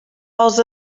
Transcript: els